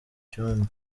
cyumba